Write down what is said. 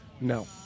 No